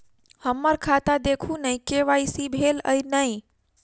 हम्मर खाता देखू नै के.वाई.सी भेल अई नै?